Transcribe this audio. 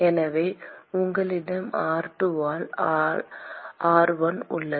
எனவே உங்களிடம் r2 ஆல் r1 உள்ளது